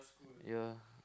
ya